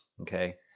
Okay